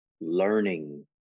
learning